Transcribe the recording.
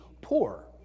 poor